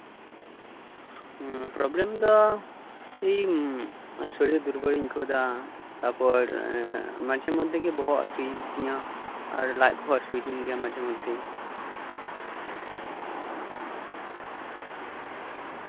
ᱦᱩᱸ ᱯᱨᱚᱵᱞᱮᱢ ᱫᱚ ᱦᱩᱢ ᱥᱚᱨᱤᱨ ᱟᱹᱰᱤ ᱟᱸᱴ ᱫᱩᱨᱵᱚᱞᱤᱧ ᱟᱹᱭᱠᱟᱹᱣᱮᱫᱟ ᱛᱟᱯᱚᱨ ᱮᱸ ᱢᱟᱡᱷᱮ ᱢᱚᱫᱽᱫᱷᱮ ᱜᱮ ᱵᱚᱦᱚᱜ ᱦᱟᱥᱩᱭᱤᱫᱤᱧᱟ ᱟᱨ ᱞᱟᱡ ᱠᱚᱦᱚᱸ ᱦᱟᱥᱩᱭᱤᱫᱤᱧ ᱜᱮᱭᱟ ᱢᱟᱡᱷᱮᱼᱢᱚᱫᱽᱫᱷᱮ